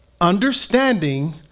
Understanding